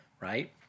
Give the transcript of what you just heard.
right